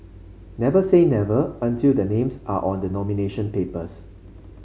never say never until the names are on the nomination papers